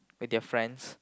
with your friends